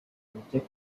objective